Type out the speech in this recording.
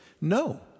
No